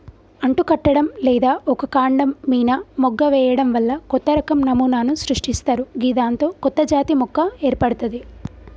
అంటుకట్టడం లేదా ఒక కాండం మీన మొగ్గ వేయడం వల్ల కొత్తరకం నమూనాను సృష్టిస్తరు గిదాంతో కొత్తజాతి మొక్క ఏర్పడ్తది